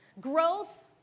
Growth